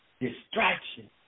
Distraction